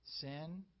sin